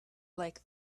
like